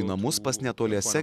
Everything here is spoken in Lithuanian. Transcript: į namus pas netoliese